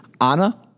Anna